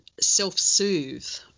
self-soothe